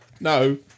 no